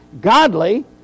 godly